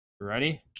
Ready